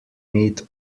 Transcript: meat